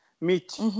Meet